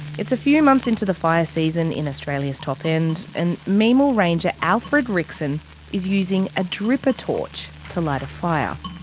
it's a few months into the fire season in australia's top end and mimal ranger alfred rickson is using a dripper torch to light a fire.